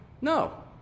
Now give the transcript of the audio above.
No